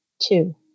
Two